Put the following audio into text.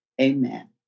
Amen